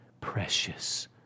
precious